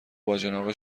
باجناق